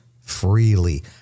freely